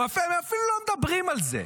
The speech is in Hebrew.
הם אפילו לא מדברים על זה,